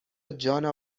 جانا